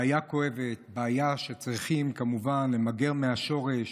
בעיה כואבת, בעיה שצריכים כמובן למגר מהשורש,